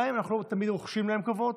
גם אם אנחנו לא תמיד רוחשים להם כבוד,